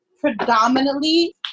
predominantly